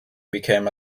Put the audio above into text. became